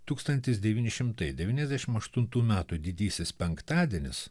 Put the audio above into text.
tūkstantis devyni šimtai devyniasdešim aštuntų metų didysis penktadienis